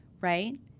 right